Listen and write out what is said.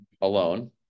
alone